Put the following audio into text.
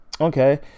okay